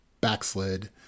backslid